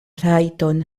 rajton